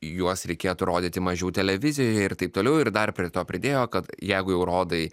juos reikėtų rodyti mažiau televizijoje ir taip toliau ir dar prie to pridėjo kad jeigu jau rodai